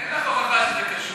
אין לך הוכחה שזה קשור.